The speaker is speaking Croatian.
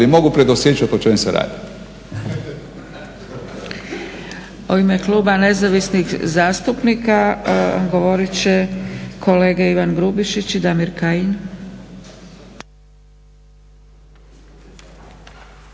mogu predosjećati o čem se radi.